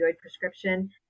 prescription